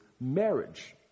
marriage